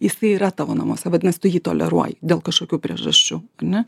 jisai yra tavo namuose vadinasi tu jį toleruoji dėl kažkokių priežasčių ane